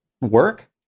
work